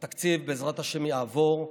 התקציב בעזרת השם יעבור,